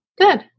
Good